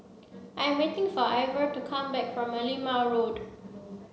I am waiting for Ivor to come back from Merlimau Road